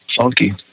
funky